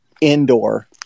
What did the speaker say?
indoor